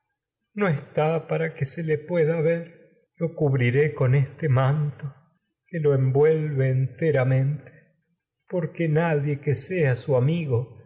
no está para que se le pueda ver lo cu este manto que sea que lo envuelve enteramente porque verle nadie su amigo